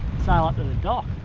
sail up to the dock